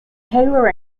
taylor